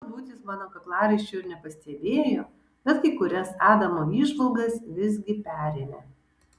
galbūt jis mano kaklaraiščio ir nepastebėjo bet kai kurias adamo įžvalgas visgi perėmė